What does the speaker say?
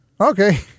Okay